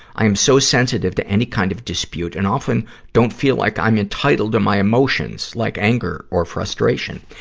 i am so sensitive to any kind of dispute and often don't feel like i am entitled to my emotions, like anger or frustration.